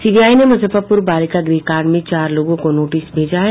CBI ने मुजफ्फरपुर बालिका गृह कांड में चार लोगों को नोटिस भेजा है